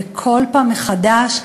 וכל פעם מחדש,